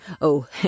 Oh